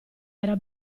era